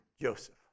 Joseph